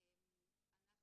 --- לא ידעתם שתהיו באיזה סרט?